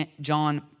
John